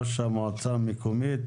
ראש המועצה המקומית